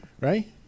right